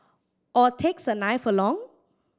or takes a knife along